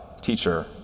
teacher